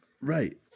right